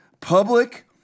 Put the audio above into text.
public